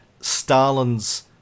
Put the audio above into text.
Stalin's